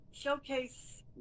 Showcase